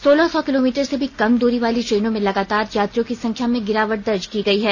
सोलह सौ किलोमीटर से भी कम दूरी वाली ट्रेनों में लगातार यात्रियों की संख्या में गिरावट दर्ज की गई है